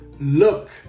look